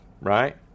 right